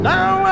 Now